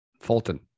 Fulton